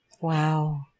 Wow